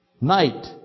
Night